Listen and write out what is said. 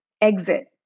exit